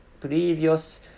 previous